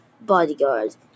bodyguards